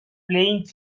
playing